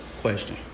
Question